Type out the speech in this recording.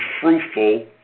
fruitful